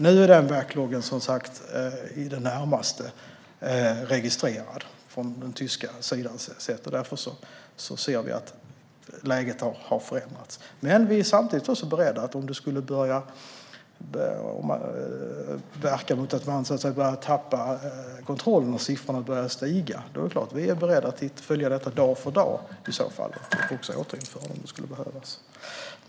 Nu är backloggen från den tyska sidan i det närmaste registrerad, och därför ser vi att läget har förändrats. Men vi är samtidigt också beredda på att, om man skulle tappa kontrollen och siffrorna skulle börja stiga, börja följa detta dag för dag och också återinföra kontrollerna om det skulle behövas.